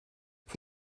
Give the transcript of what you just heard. für